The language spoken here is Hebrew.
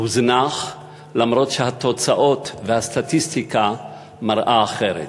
הוזנח, למרות שהתוצאות והסטטיסטיקה מראות אחרת.